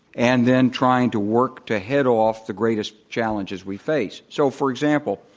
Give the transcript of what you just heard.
and then trying to work to head off the greatest challenges we face. so for example,